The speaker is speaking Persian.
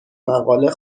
مقاله